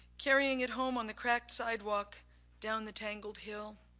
carrying it home on the cracked sidewalk down the tangled hill.